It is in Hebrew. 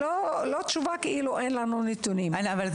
"אין לנו נתונים" היא לא תשובה.